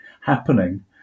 happening